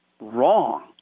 wrong